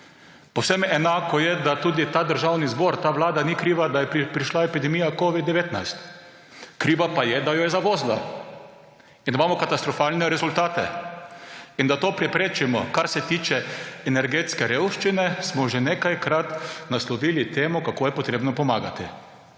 Povsem enako je, da tudi ta državni zbor, ta vlada ni kriva, da je prišla epidemija covida-19. Kriva pa je, da jo je zavozila in imamo katastrofalne rezultate. In da to preprečimo, kar se tiče energetske revščine, smo že nekajkrat naslovili temo, kako je treba pomagati.